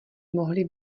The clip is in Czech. mohly